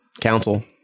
council